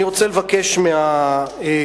אני רוצה לבקש מהכנסת